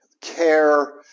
care